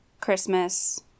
Christmas